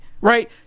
right